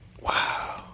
Wow